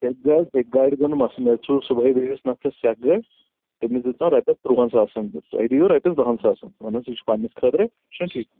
سٮ۪کہِ گاڑِ سٮ۪کہِ گاڑِ گوٚو سوٗز صُبحٲے بیٚیِس نفرَس سٮ۪کھ گٲڑ تٔمِس دِژ نہ رۄپیَس ترُوہَن ساسَن تۄہہِ دِیو رۄپیَس دَہَن ساسَن بہٕ وَنَس یہِ چھُ پنٛنِس خٲطرٕ چھِنہٕ ٹھیٖک